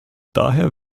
daher